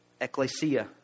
Ecclesia